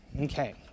Okay